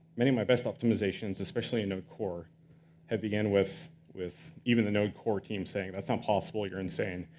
many of my best optimizations, especially in node core have began with with even the node core team saying, that's not um possible. you're insane.